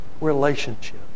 relationship